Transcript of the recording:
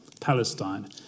Palestine